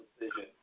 decision